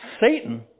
Satan